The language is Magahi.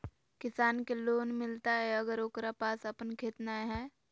किसान के लोन मिलताय अगर ओकरा पास अपन खेत नय है?